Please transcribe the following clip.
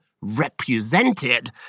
represented